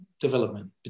development